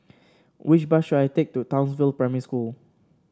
which bus should I take to Townsville Primary School